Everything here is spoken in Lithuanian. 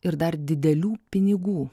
ir dar didelių pinigų